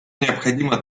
необходимо